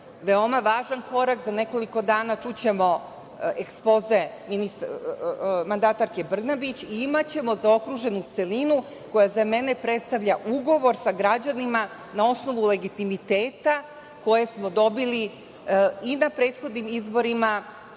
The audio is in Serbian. veoma važan korak. Za nekoliko dana čućemo ekspoze mandatarke Brnabić i imaćemo zaokruženu celinu koja za mene predstavlja ugovor sa građanima na osnovu legitimiteta koje smo dobili i na prethodnim izborima